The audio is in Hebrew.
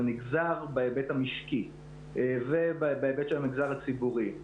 זה נגזר בהיבט המשקי ובהיבט של המגזר הציבורי.